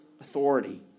authority